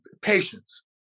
patience